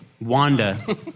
Wanda